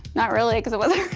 not really, because it wasn't